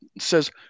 says